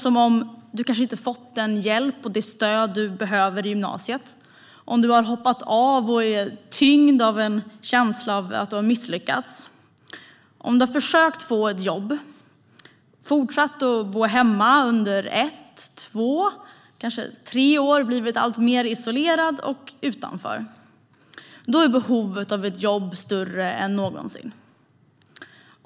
Om du till exempel inte har fått den hjälp och det stöd som du behöver i gymnasiet, om du har hoppat av och är tyngd av en känsla av att du har misslyckats eller om du har försökt få ett jobb och fortsatt att bo hemma under ett, två och kanske tre år och blivit alltmer isolerad och utanför, då är behovet av ett jobb större än någonsin.